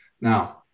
Now